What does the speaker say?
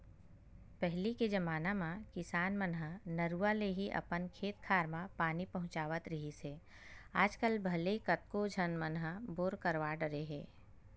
पहिली के जमाना म किसान मन ह नरूवा ले ही अपन खेत खार म पानी पहुँचावत रिहिस हे आजकल भले कतको झन मन ह बोर करवा डरे हे